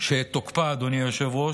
שאת תוקפה, אדוני היושב-ראש,